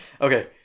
Okay